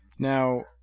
Now